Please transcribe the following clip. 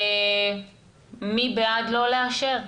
מי בעד לא לאשר?